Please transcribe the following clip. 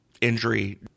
injury